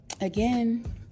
again